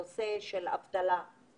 הדוגמה של נהגי האוטובוס של חברת קווים